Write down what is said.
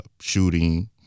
shooting